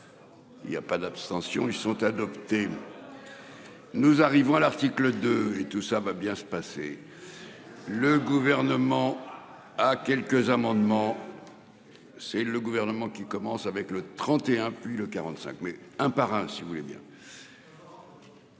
Il y a pas d'abstention. Ils sont adoptés. Nous arrivons à l'article de et tout ça va bien se passer. Le gouvernement a quelques amendements. C'est le gouvernement qui commence avec le 31 puis le 45 mais un par si vous voulez bien.